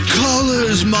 colors